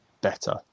better